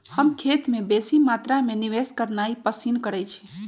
हम खेत में बेशी मत्रा में निवेश करनाइ पसिन करइछी